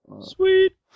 Sweet